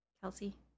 Kelsey